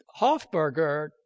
Hofberger